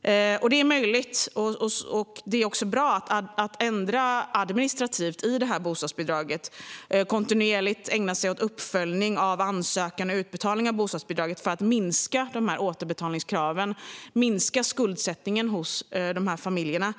Det är möjligt och bra att man ändrar i administrationen av bostadsbidraget och att man kontinuerligt ägnar sig åt uppföljning av ansökan och utbetalning av bidraget för att minska återbetalningskraven och skuldsättningen hos dessa familjer.